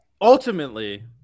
Ultimately